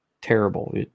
terrible